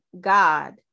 God